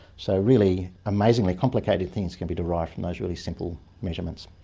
so, really amazingly complicated things can be derived from those really simple measurements.